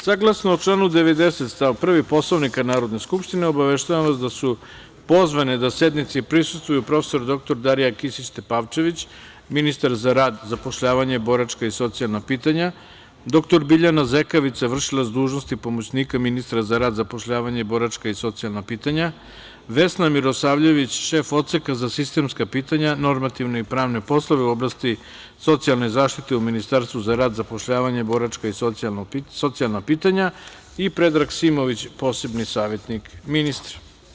Saglasno članu 90. stav 1. Poslovnika Narodne skupštine, obaveštavam vas da su pozvane da sednici prisustvuju prof. dr Darija Kisić Tepavčević, ministar za rad, zapošljavanje, boračka i socijalna pitanja, dr Biljana Zekavica, vršilac dužnosti pomoćnika ministra za rad, zapošljavanje, boračka i socijalna pitanja, Vesna Mirosavljević, šef Odseka za sistemska pitanja, normativne i pravne poslove u oblasti socijalne zaštite u Ministarstvu za rad, zapošljavanje, boračka i socijalna pitanja i Predrag Simović, posebni savetnik ministra.